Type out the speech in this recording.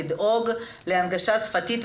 לדאוג להנגשה שפתית.